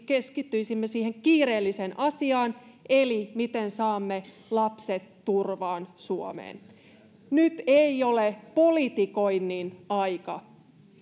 keskittyisimme siihen kiireelliseen asiaan eli miten saamme lapset turvaan suomeen nyt ei ole politikoinnin aika